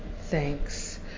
thanks